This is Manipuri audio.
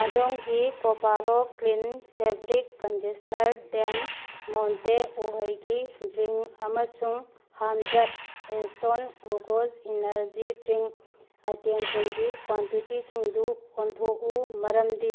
ꯑꯗꯣꯝꯒꯤ ꯀꯣꯄꯥꯔꯣ ꯀ꯭ꯂꯤꯟ ꯐꯦꯕ꯭ꯔꯤꯛ ꯀꯟꯗꯤꯁꯅꯔ ꯗꯦꯟ ꯃꯣꯟꯇꯦ ꯎꯍꯩꯒꯤ ꯗ꯭ꯔꯤꯡ ꯑꯃꯁꯨꯡ ꯍꯝꯗ꯭ꯔꯦꯠ ꯏꯟꯁꯇꯣꯟ ꯒ꯭ꯂꯨꯀꯣꯁ ꯏꯅꯔꯖꯤ ꯗ꯭ꯔꯤꯡ ꯑꯥꯏꯇꯦꯝꯁꯤꯡꯒꯤ ꯀ꯭ꯋꯥꯟꯇꯤꯇꯤꯁꯤꯡꯗꯨ ꯑꯣꯟꯊꯣꯛꯎ ꯃꯔꯝꯗꯤ